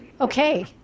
Okay